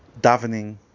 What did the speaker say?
davening